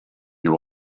you